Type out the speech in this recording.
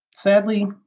Sadly